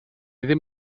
ddim